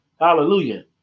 Hallelujah